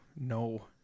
no